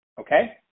Okay